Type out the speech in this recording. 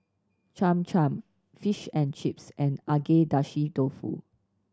Cham Cham Fish and Chips and Agedashi Dofu